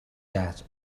that